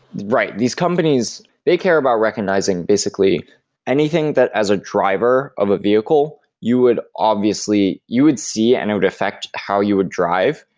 right. these companies, they care about recognizing basically anything that as a driver of the vehicle you would obviously you would see and it would affect how you would drive.